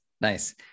Nice